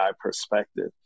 perspective